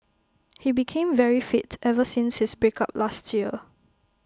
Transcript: he became very fit ever since his break up last year